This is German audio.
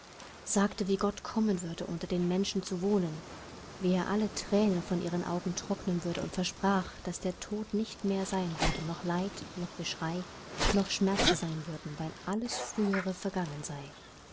sagte wie gott kommen würde unter den menschen zu wohnen wie er alle thränen von ihren augen trocknen würde und versprach daß der tod nicht mehr sein würde noch leid noch geschrei noch schmerzen sein würden weil das erste vergangen die